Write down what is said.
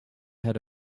had